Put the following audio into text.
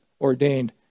ordained